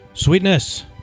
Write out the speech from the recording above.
Sweetness